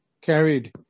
carried